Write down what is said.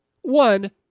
One